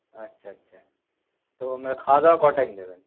আচ্ছা আচ্ছা তো আপনারা খাওয়া দাওয়া ক টাইম দেবেন